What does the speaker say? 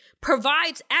provides